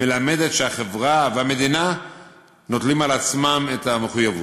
מלמד שהחברה והמדינה נוטלות על עצמן את המחויבות.